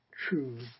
true